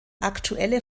aktuelle